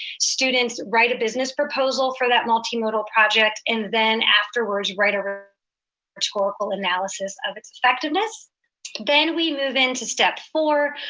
students write a business proposal for that multimodal project, and then afterwards write a rhetorical analysis of its effectiveness then we move into step four,